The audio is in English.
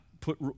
put